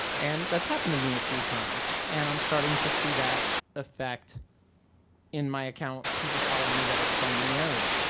and that's happened to me a few times. and i'm starting to see that effect in my account, people following me that are from the area.